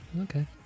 Okay